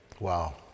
Wow